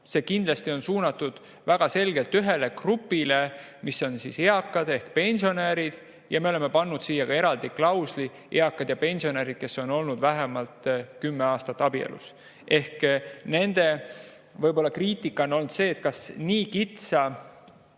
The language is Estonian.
See on kindlasti suunatud väga selgelt ühele grupile, eakad ehk pensionärid, ja me oleme pannud siia ka eraldi klausli: eakad ja pensionärid, kes on olnud vähemalt 10 aastat abielus. Ehk nende kriitika on olnud see, et kas nii kitsa